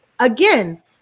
again